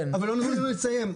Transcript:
אבל לא נתנו לי לסיים.